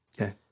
Okay